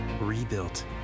rebuilt